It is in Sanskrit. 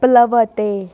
प्लवते